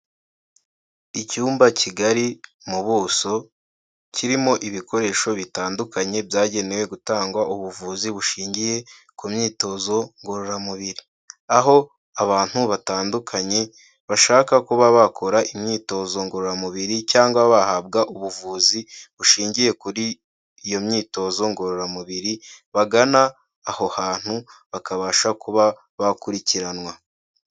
Icyumba kigari mu buso, kirimo ibikoresho bitandukanye byagenewe gutangwa ubuvuzi bushingiye ku myitozo ngororamubiri. Aho abantu batandukanye bashaka kuba bakora imyitozo ngororamubiri cyangwa bahabwa ubuvuzi bushingiye kuri iyo myitozo ngororamubiri bagana aho hantu bakabasha kuba bakurikiranwa.